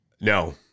No